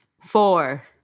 four